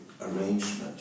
arrangement